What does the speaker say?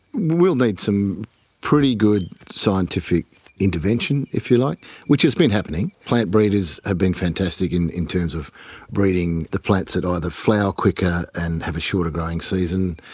we'll need some pretty good scientific intervention, if you like which has been happening. plant breeders have been fantastic in in terms of breeding the plants that either flower quicker and have a shorter growing season,